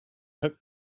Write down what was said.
hooked